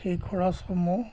সেই খৰচসমূহ